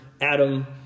Adam